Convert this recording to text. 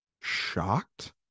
shocked